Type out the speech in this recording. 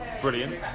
brilliant